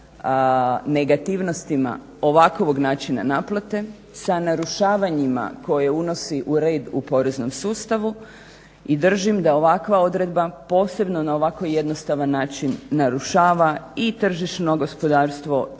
sa negativnosti ovakvog načina naplate sa narušavanjima koje unosi u red u poreznom sustavu i držim da ovakva odredba posebno na ovako jednostavan način narušava i tržišno gospodarstvo